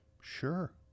Sure